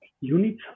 units